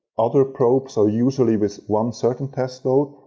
other probes are usually with one certain test load.